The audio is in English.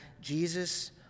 Jesus